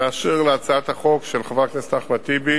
באשר להצעת החוק של חבר הכנסת אחמד טיבי